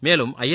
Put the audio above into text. மேலும் ஐஎன்